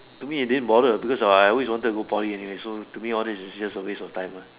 to me it didn't bother because I I always wanted to go Poly anyway so to me all these is just a waste of time lah